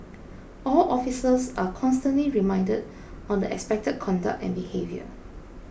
all officers are constantly reminded on the expected conduct and behaviour